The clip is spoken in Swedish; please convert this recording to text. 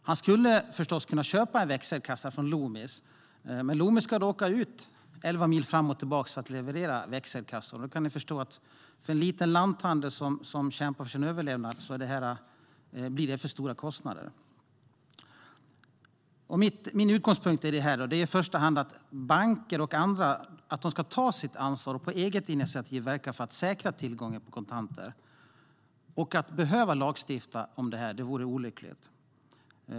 Han skulle förstås kunna köpa växelkassa av Loomis, men Loomis ska då åka elva mil fram och tillbaka för att leverera pengarna, och ni kan förstå att för en liten lanthandel som kämpar för sin överlevnad blir det för stora kostnader. Min utgångspunkt är att det i första hand är banker och andra som ska ta sitt ansvar och på eget initiativ verka för att säkra tillgången på kontanter. Att behöva lagstifta om detta vore olyckligt.